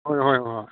ꯍꯣꯏ ꯍꯣꯏ ꯍꯣꯏ